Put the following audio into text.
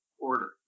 order